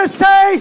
say